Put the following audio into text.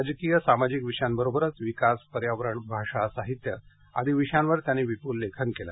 राजकीय सामाजिक विषयांबरोबरच विकास पर्यावरण भाषा साहित्य आदी विषयांवर त्यांनी विपुल लेखन केलं